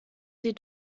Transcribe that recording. sie